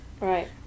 right